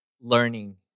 learning